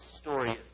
story